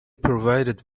provided